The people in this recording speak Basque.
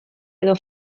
edo